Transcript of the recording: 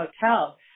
hotel